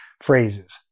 phrases